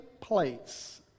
place